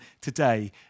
today